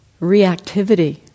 reactivity